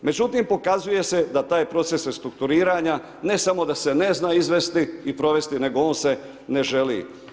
Međutim pokazuje se da taj proces restrukturiranja ne samo da se ne zna izvesti i provesti nego on se ne želi.